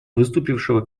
выступившего